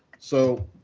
so